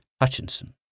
Hutchinson